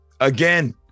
Again